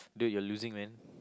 dude you're losing man